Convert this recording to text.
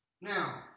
Now